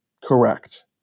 Correct